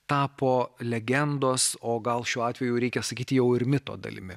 tapo legendos o gal šiuo atveju reikia sakyti jau ir mito dalimi